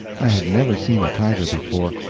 i had never seen a tiger before,